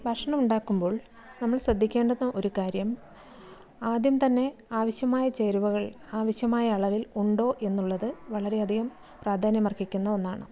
ഭക്ഷണം ഉണ്ടാക്കുമ്പോൾ നമ്മൾ ശ്രദ്ധിക്കേണ്ടുന്ന ഒരു കാര്യം ആദ്യം തന്നെ ആവശ്യമായ ചേരുവകൾ ആവശ്യമായ അളവിൽ ഉണ്ടോ എന്നുള്ളത് വളരെയധികം പ്രാധാന്യമർഹിക്കുന്ന ഒന്നാണ്